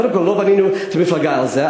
קודם כול, לא בנינו את המפלגה על זה.